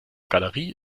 galerie